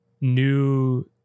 new